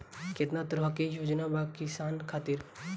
केतना तरह के योजना बा किसान खातिर?